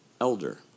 elder